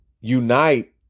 unite